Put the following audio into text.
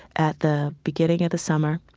at the beginning of the summer,